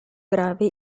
gravi